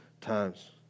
times